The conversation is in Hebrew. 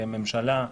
כממשלה,